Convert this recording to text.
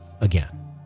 again